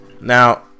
Now